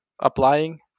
applying